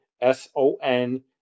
S-O-N